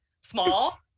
small